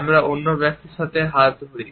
আমরা অন্য ব্যক্তির সাথে হাত ধরি